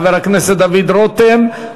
חבר הכנסת דוד רותם,